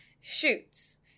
shoots